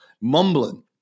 mumbling